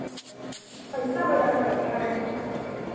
पैसा भाई देखो ज़्यादा है